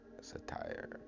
satire